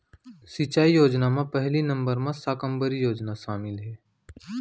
सिंचई योजना म पहिली नंबर म साकम्बरी योजना सामिल हे